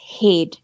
head